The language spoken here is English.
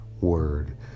word